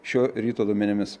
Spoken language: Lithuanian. šio ryto duomenimis